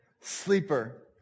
sleeper